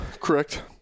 Correct